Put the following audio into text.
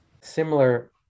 similar